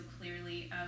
clearly